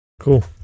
Cool